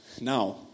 Now